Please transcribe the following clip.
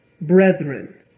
brethren